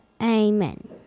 Amen